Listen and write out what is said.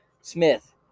Smith